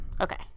Okay